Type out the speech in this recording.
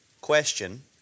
question